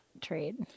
trade